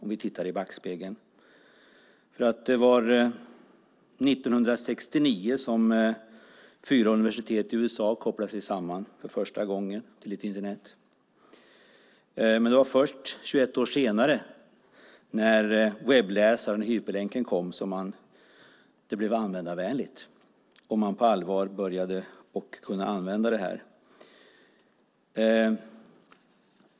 Det var 1969 som fyra universitet i USA för första gången kopplade sig samman till ett första Internet, men det var först 21 år senare, när webbläsaren och hyperlänken kom, som det blev användarvänligt och man på allvar började kunna använda det.